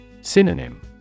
Synonym